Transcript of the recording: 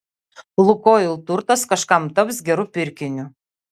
lukoil turtas kažkam taps geru pirkiniu